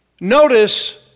Notice